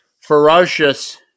ferocious